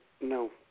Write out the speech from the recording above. No